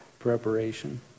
Preparation